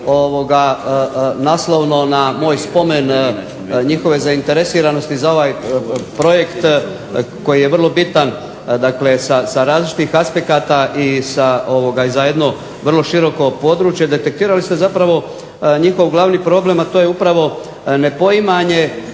naslovno na moj spomen njihove zainteresiranosti za ovaj projekt koji je vrlo bitan dakle sa različitih aspekata i za jedno vrlo široko područje. Detektirali ste zapravo njihov glavni problem, a to je upravo nepoimanje